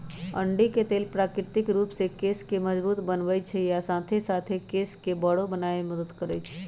अंडी के तेल प्राकृतिक रूप से केश के मजबूत बनबई छई आ साथे साथ केश के बरो बनावे में मदद करई छई